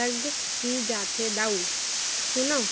लग ही जाथे दाऊ